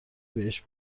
بهش